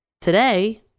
today